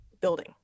building